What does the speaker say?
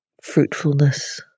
fruitfulness